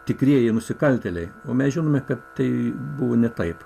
tikrieji nusikaltėliai o mes žinome kad tai buvo nei taip